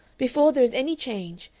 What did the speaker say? before there is any change,